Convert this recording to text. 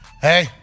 Hey